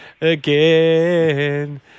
again